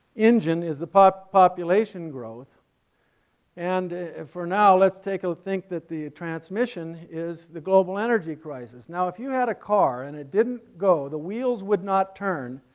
engine is the population growth and for now let's take a think that the transmission is the global energy crisis. now if you had a car and it didn't go, the wheels would not turn,